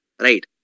Right